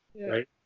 right